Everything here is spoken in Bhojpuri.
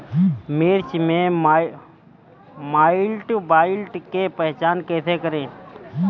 मिर्च मे माईटब्लाइट के पहचान कैसे करे?